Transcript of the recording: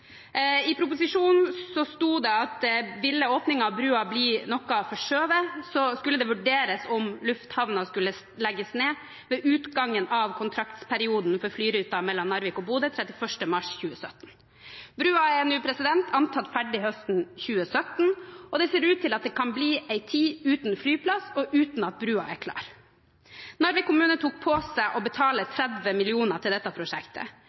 I proposisjonen sto det at om åpningen av broen ville bli noe forskjøvet, skulle det vurderes om lufthavnen skulle legges ned ved utgangen av kontraktsperioden for flyruten mellom Narvik og Bodø 31. mars 2017. Broen er nå antatt ferdig høsten 2017, og det ser ut til at det kan bli en tid uten flyplass og uten at broen er klar. Narvik kommune tok på seg å betale 30 mill. kr til dette prosjektet.